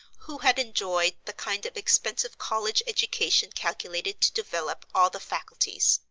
who had enjoyed the kind of expensive college education calculated to develop all the faculties.